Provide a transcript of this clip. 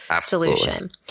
solution